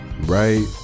Right